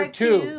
two